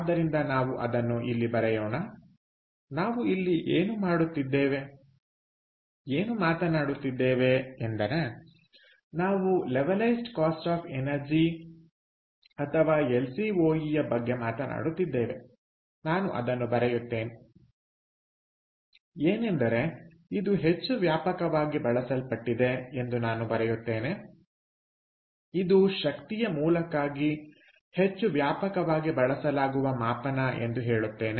ಆದ್ದರಿಂದ ನಾವು ಅದನ್ನು ಇಲ್ಲಿ ಬರೆಯೋಣ ನಾವು ಇಲ್ಲಿ ಏನು ಮಾತನಾಡುತ್ತಿದ್ದೇವೆ ಎಂದರೆನಾವು ಲೆವಲೈಸ್ಡ್ ಕಾಸ್ಟ್ ಆಫ್ ಎನರ್ಜಿ ಅಥವಾ ಎಲ್ ಸಿ ಓ ಇ ಯ ಬಗ್ಗೆ ಮಾತನಾಡುತ್ತಿದ್ದೇವೆ ನಾನು ಅದನ್ನು ಬರೆಯುತ್ತೇನೆ ಏನೆಂದರೆ ಇದು ಹೆಚ್ಚು ವ್ಯಾಪಕವಾಗಿ ಬಳಸಲ್ಪಟ್ಟಿದೆ ಎಂದು ನಾನು ಬರೆಯುತ್ತೇನೆ ಇದು ಶಕ್ತಿಯ ಮೂಲಕ್ಕಾಗಿ ಹೆಚ್ಚು ವ್ಯಾಪಕವಾಗಿ ಬಳಸಲಾಗುವ ಮಾಪನ ಎಂದು ಹೇಳುತ್ತೇನೆ